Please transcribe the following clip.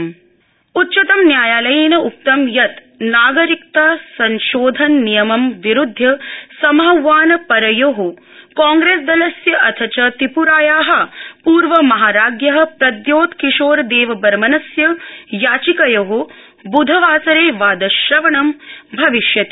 उच्चतमन्यायालय उच्चतमन्यायालयेन उक्तं यत नागरिकता संशोधन नियमम विरूध्य समाहवान परायाम कांग्रेसदलस्य अथ च त्रिप्राया पूर्वमहाराज़ प्रद्योत् किशोरदेवबर्मनस्य याचिकयो ब्धवासरे वादश्रवणं भविष्यति